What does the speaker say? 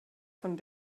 von